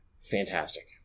Fantastic